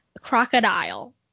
crocodile